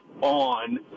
on